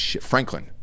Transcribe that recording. Franklin